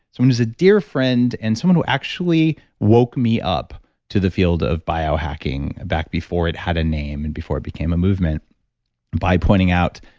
someone who's a dear friend and someone who actually woke me up to the field of biohacking back before it had a name and before it became a movement by pointing out,